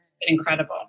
incredible